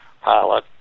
pilot